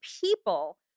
people